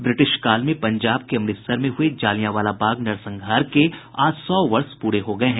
ब्रिटिशकाल में पंजाब के अमृतसर में हुए जलियांवाला बाग नरसंहार के आज सौ वर्ष पूरे हो गये हैं